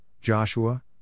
Joshua